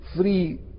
free